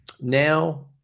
Now